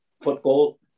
football